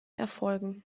erfolgen